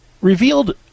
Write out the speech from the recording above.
revealed